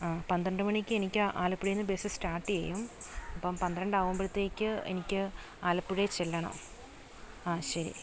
ആ പന്ത്രണ്ട് മണിക്കെനിക്ക് ആലപ്പുഴേന്ന് ബെസ്സ് സ്റ്റാട്ട് ചെയ്യും അപ്പോൾ പന്ത്രണ്ട് ആവുമ്പോഴത്തേക്ക് എനിക്ക് ആലപ്പുഴയിൽ ചെല്ലണം ആ ശരി